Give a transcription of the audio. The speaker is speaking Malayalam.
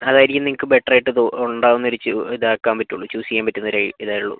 അതായിരിക്കും നിങ്ങൾക്ക് ബെറ്റർ ആയിട്ട് ഉണ്ടാവുന്നൊരു ഇതാക്കാൻ പറ്റുള്ളൂ ചൂസ് ചെയ്യാൻ പറ്റുന്ന ഒരു ഇതേ ഉള്ളൂ